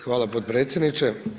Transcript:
Hvala potpredsjedniče.